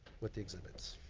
with the exhibits.